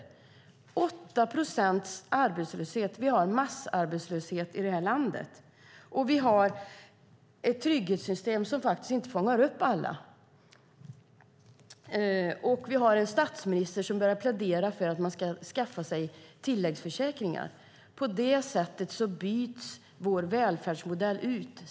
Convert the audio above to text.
Vi har 8 procents arbetslöshet - massarbetslöshet - i det här landet. Vi har ett trygghetssystem som faktiskt inte fångar upp alla, och vi har en statsminister som börjar plädera för att man ska skaffa sig tilläggsförsäkringar. På det sättet byts vår välfärdsmodell ut.